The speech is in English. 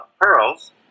PEARLS